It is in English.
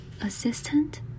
assistant